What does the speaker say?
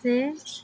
ସେ